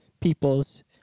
people's